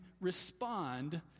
respond